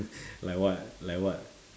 like what like what